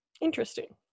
interesting